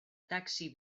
taxi